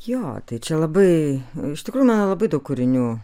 jo čia labai iš tikrųjų man labai daug kūrinių